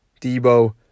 Debo